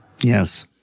Yes